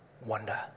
wonder